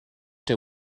they